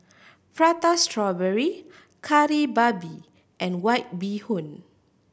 Prata Strawberry Kari Babi and White Bee Hoon